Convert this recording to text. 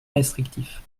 restrictif